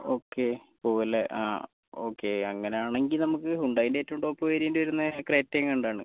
okay പോകുവല്ലേ ആ okay അങ്ങനെ ആണെങ്കിൽ നമുക്ക് ഹ്യുണ്ടായിൻ്റെ ഏറ്റവും ടോപ് വേരിയൻറ്റ് വരുന്നത് ക്രെറ്റ എങ്ങാണ്ടാണ്